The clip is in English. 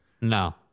No